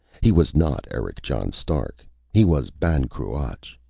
he was not eric john stark. he was ban cruach.